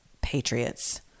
patriots